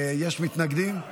יש מתנגדים?